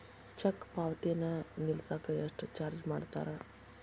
check ಪಾವತಿನ ನಿಲ್ಸಕ ಎಷ್ಟ ಚಾರ್ಜ್ ಮಾಡ್ತಾರಾ